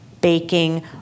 baking